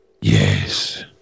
Yes